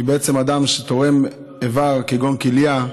כי בעצם אדם שתורם איבר כגון כליה,